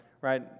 right